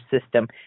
system